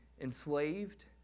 enslaved